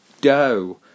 dough